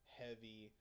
heavy